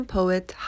poet